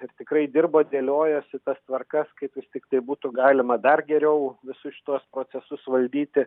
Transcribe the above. ir tikrai dirbo dėliojosi tas tvarkas kaip vis tiktai būtų galima dar geriau visus šituos procesus valdyti